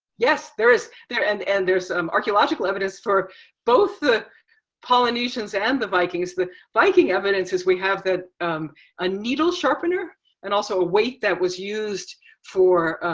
yes, there is. and and there's archaeological evidence for both the polynesians and the vikings. the viking evidence is we have the a needle sharpener and also a weight that was used for,